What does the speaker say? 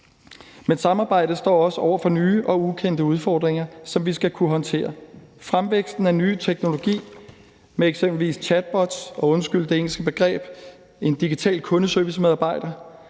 men samarbejdet står også over for nye og ukendte udfordringer, som vi skal kunne håndtere. Det er fremvæksten af ny teknologi med eksempelvis chatbots, og undskyld det engelske begreb,